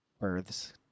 births